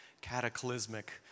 Cataclysmic